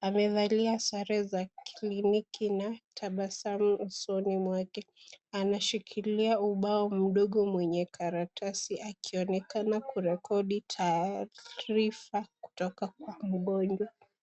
Amevalia sare za kliniki na tabasamu usoni mwake .Anashikilia ubao mdogo mwenye karatasi akionekeana kurekodi taarifa kutoka kwa mgonjwa.